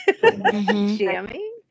jamming